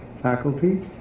faculty